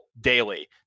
daily